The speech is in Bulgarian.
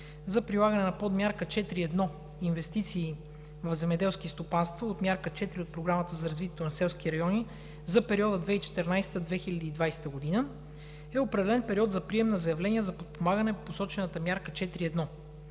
за прилагане на подмярка 4.1 „Инвестиции в земеделски стопанства“ от мярка 4 от Програмата за развитието на селски райони за периода 2014 – 2020 г. е определен период за прием на заявления за подпомагане посочената подмярка 4.1.